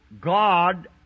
God